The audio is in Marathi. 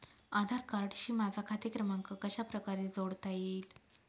आधार कार्डशी माझा खाते क्रमांक कशाप्रकारे जोडता येईल?